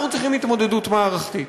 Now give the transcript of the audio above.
אנחנו צריכים התמודדות מערכתית.